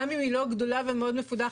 גם אם היא לא גדולה ומאוד מפותחת,